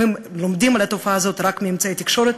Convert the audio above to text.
אם הם לומדים על התופעה הזאת רק מאמצעי התקשורת,